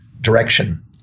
direction